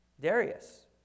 Darius